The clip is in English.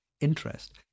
interest